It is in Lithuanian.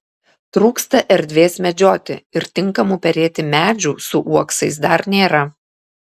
trūksta erdvės medžioti ir tinkamų perėti medžių su uoksais dar nėra